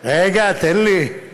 רגע, תן לי.